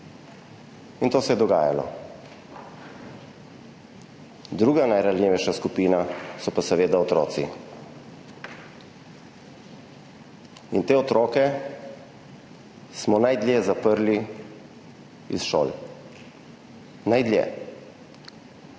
In to se je dogajalo. Druga najranljivejša skupina so pa seveda otroci. In te otroke smo najdlje zaprli iz šol. Najdlje.